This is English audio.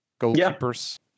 goalkeepers